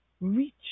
reach